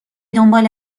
دنبال